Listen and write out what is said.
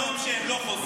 בכל יום שהם לא חוזרים,